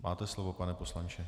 Máte slovo, pane poslanče.